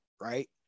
right